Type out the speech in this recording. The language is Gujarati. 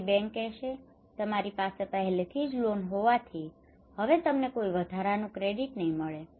તેથી બેંક કહેશે કે તમારી પાસે પહેલેથી જ લોન હોવાથી હવે તમને કોઈ વધારાનું ક્રેડિટ નહીં મળે